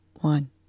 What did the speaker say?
One